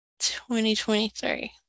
2023